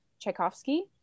Tchaikovsky